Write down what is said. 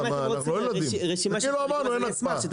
זה כאילו אמרנו אין הקפאה.